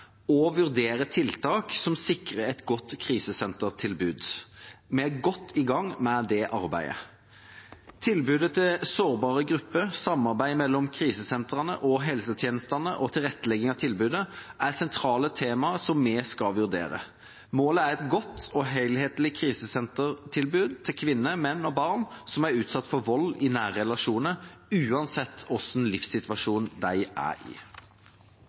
vurdere tiltak som sikrer et godt krisesentertilbud. Vi er godt i gang med det arbeidet. Tilbudet til sårbare grupper, samarbeid mellom krisesentrene og helsetjenestene, og tilrettelegging av tilbudet er sentrale temaer vi skal vurdere. Målet er et godt og helhetlig krisesentertilbud til kvinner, menn og barn som er utsatt for vold i nære relasjoner, uansett hvilken livssituasjon de er i.